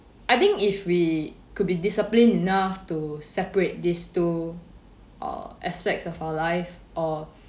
I think if we could be disciplined enough to separate these two uh aspects of our life or